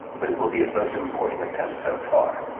but it will be his most important attempt so far.